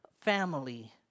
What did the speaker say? family